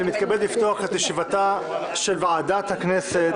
אני מתכבד לפתוח את ישיבתה של ועדת הכנסת.